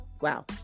Wow